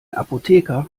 apotheker